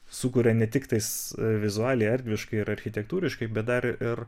sukuria ne tiktais vizualiai erdviškai ir architektūriškai bet dar ir